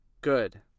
good